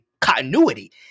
continuity